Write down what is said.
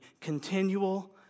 continual